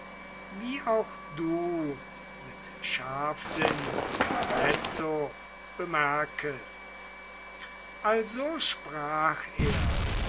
wie auch du mit scharfsinn jetzo bemerkest also sprach er